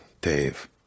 dave